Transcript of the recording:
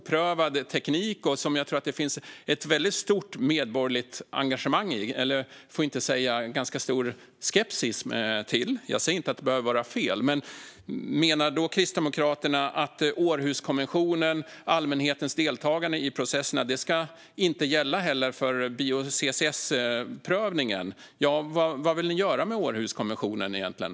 Det är en ganska oprövad teknik, och jag tror att det finns ett stort medborgerligt engagemang, för att inte säga ganska stor skepsis, när det gäller det. Jag säger inte att det behöver vara fel. Men menar Kristdemokraterna att Århuskonventionen, allmänhetens deltagande i processerna, inte ska gälla för prövningen av bio-CCS? Vad vill ni egentligen göra med Århuskonventionen?